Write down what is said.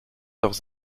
leurs